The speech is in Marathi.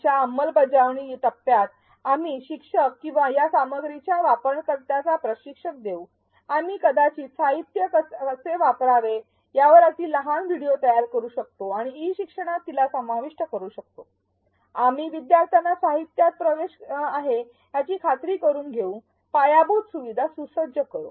च्या अंमलबजावणी टप्प्यात आम्ही शिक्षक किंवा या सामग्रीच्या वापरकर्त्यांना प्रशिक्षण देऊ आम्ही कदाचित साहित्य कसे वापरावे यावर अगदी लहान व्हिडिओ तयार करू शकतो आणि ई शिक्षणात तिला समाविष्ट करू शकतो आम्ही विद्यार्थ्यांना साहित्यात प्रवेश आहे याची खात्री करुन घेऊ पायाभूत सुविधा सुसज्ज करू